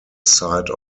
site